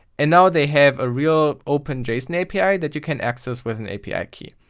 and now they have a real open json api that you can access with an api key.